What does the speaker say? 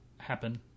happen